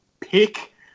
pick